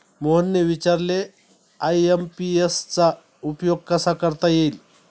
मोहनने विचारले आय.एम.पी.एस चा उपयोग कसा करता येईल?